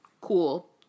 cool